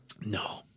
No